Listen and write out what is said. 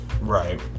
Right